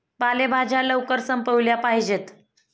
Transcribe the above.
पालेभाज्या लवकर संपविल्या पाहिजेत